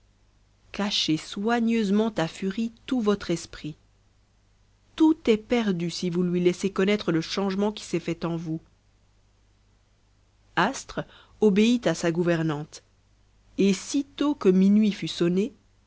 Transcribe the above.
cachez soigneusement à furie tout votre esprit tout est perdu si vous lui laissez connaître le changement qui s'est fait en vous astre obéit à sa gouvernante et sitôt que minuit fut sonné